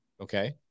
okay